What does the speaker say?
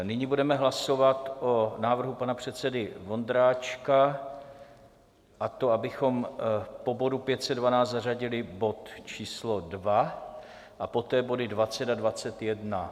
Nyní budeme hlasovat o návrhu pana předsedy Vondráčka, a to, abychom po bodu 512 zařadili bod číslo 2 a poté body 20 a 21.